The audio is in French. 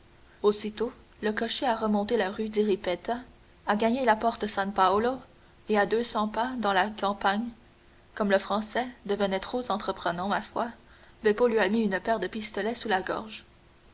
aussitôt le cocher a remonté la rue di ripetta a gagné la porte san paolo et à deux cents pas dans la campagne comme le français devenait trop entreprenant ma foi beppo lui a mis une paire de pistolets sur la gorge